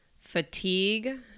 fatigue